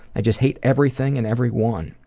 i just hate everything and everyone.